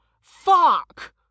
Fuck